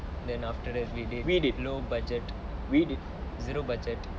then after that we did no budget zero budget